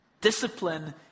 Discipline